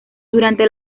durante